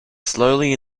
slowly